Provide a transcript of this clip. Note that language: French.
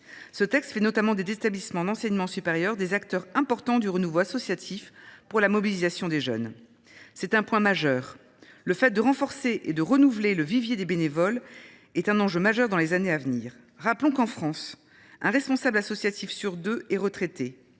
Leur texte fait notamment des établissements d’enseignement supérieur des acteurs importants du renouveau associatif par la mobilisation des jeunes. C’est un point majeur. Le fait de renforcer et de renouveler le vivier des bénévoles est un enjeu crucial pour les années à venir. Rappelons que, en France, un responsable associatif sur deux est retraité.